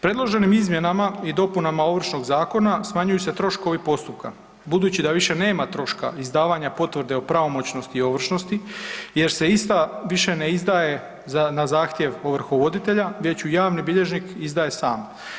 Predloženim izmjenama i dopunama Ovršnog zakona smanjuju se troškovi postupka budući da više nema troška izdavanja potvrde o pravomoćnosti i ovršnosti jer se ista više ne izdaje na zahtjev ovrhovoditelja već ju javni bilježnik izdaje sam.